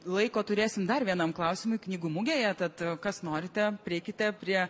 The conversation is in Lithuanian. laiko turėsim dar vienam klausimui knygų mugėje tad kas norite prieikite prie